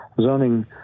zoning